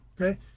Okay